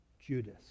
Judas